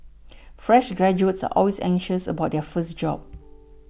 fresh graduates are always anxious about their first job